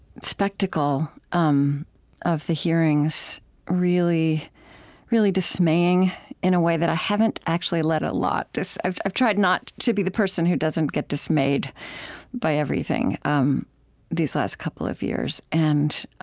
spectacle um of the hearings really really dismaying in a way that i haven't, actually, let a lot i've i've tried not to be the person who doesn't get dismayed by everything um these last couple of years. and